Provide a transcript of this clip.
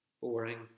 Boring